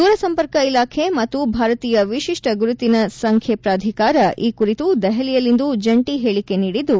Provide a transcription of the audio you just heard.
ದೂರಸಂಪರ್ಕ ಇಲಾಖೆ ಮತ್ತು ಭಾರತೀಯ ವಿಶಿಷ್ಠ ಗುರುತಿನ ಸಂಖ್ಯೆ ಪ್ರಾಧಿಕಾರ ಈ ಕುರಿತು ದೆಹಲಿಯಲ್ಲಿಂದು ಜಂಟಿ ಹೇಳಿಕೆ ನೀಡಿದ್ದು